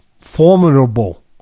formidable